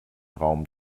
raum